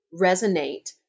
resonate